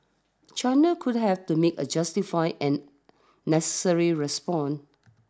China would have to make a justified and necessary response